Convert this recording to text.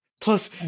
Plus